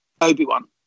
obi-wan